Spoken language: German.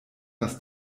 was